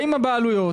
באות הבעלויות,